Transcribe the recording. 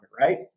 right